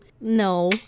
No